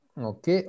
ok